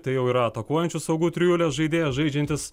tai jau yra atakuojančių saugų trijulės žaidėjas žaidžiantis